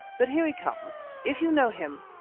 but here he comes. if you know him